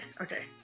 okay